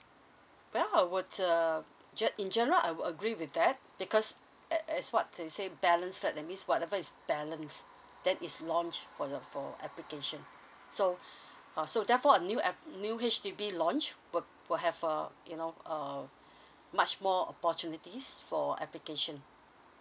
well I would uh ge~ in general I would agree with that because at as what they say balance flat that means whatever is balance then is launch for your for application so uh so therefore a new air new H_D_B launch will will have a you know err much more opportunities for application